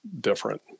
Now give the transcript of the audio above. different